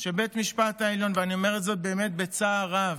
שבו בית המשפט העליון, ואני אומר את זה בצער רב,